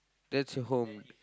that's home